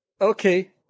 okay